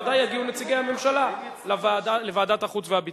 ודאי יגיעו נציגי הממשלה לוועדת החוץ והביטחון.